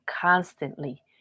constantly